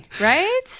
right